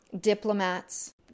diplomats